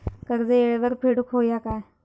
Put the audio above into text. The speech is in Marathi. कर्ज येळेवर फेडूक होया काय?